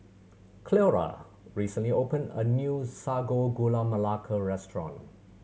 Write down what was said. Cleora recently opened a new Sago Gula Melaka restaurant